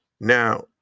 Now